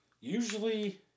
usually